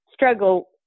struggle